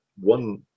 one